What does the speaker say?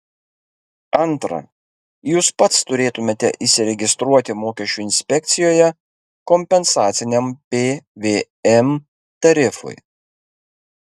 antra jūs pats turėtumėte įsiregistruoti mokesčių inspekcijoje kompensaciniam pvm tarifui